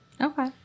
Okay